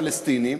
פלסטינים,